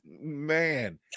man